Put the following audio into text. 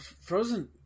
Frozen